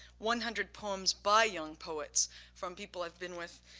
one hundred poems by young poets from people i've been with.